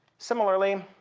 similarly,